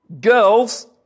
Girls